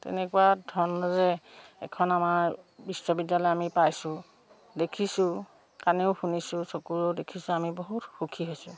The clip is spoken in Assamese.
তেনেকুৱা ধৰণৰ যে এখন আমাৰ বিশ্ববিদ্যালয় আমি পাইছোঁ দেখিছোঁ কাণেৰেও শুনিছোঁ চকুৰেও দেখিছোঁ আমি বহুত সুখী হৈছোঁ